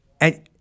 And-